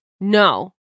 No